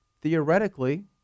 theoretically